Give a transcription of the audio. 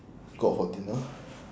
go out for dinner